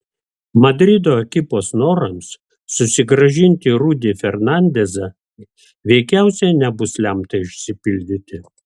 madrido ekipos norams susigrąžinti rudy fernandezą veikiausiai nebus lemta išsipildyti